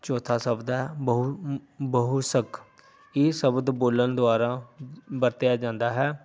ਚੌਥਾ ਸ਼ਬਦ ਹੈ ਬਹੁ ਬਹੁ ਸਕ ਇਹ ਸ਼ਬਦ ਬੋਲਣ ਦੁਆਰਾ ਵਰਤਿਆ ਜਾਂਦਾ ਹੈ